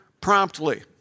promptly